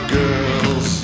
girls